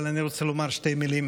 אבל אני רוצה לומר שתי מילים